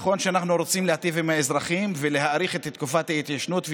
נכון שאנחנו רוצים להיטיב עם האזרחים ולהאריך את תקופת ההתיישנות,